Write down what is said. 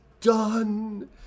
done